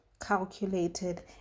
calculated